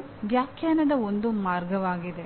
ಇದು ವ್ಯಾಖ್ಯಾನದ ಒಂದು ಮಾರ್ಗವಾಗಿದೆ